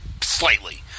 Slightly